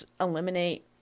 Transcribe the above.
eliminate